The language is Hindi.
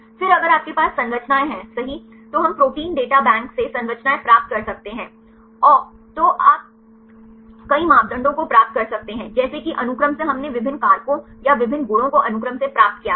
फिर अगर आपके पास संरचनाएं हैं सही तो हम प्रोटीन डेटा बैंक से संरचनाएं प्राप्त कर सकते हैं तो आप कई मापदंडों को प्राप्त कर सकते हैं जैसे कि अनुक्रम से हमने विभिन्न कारकों या विभिन्न गुणों को अनुक्रम से प्राप्त किया है